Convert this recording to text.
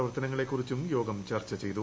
പ്രവർത്തനങ്ങളെക്കുറിച്ചും യോഗം ചർച്ച ചെയ്തു